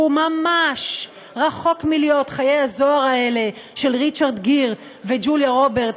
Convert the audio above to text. הוא ממש רחוק מלהיות חיי הזוהר האלה של ריצ'רד גיר וג'וליה רוברטס,